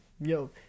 Yo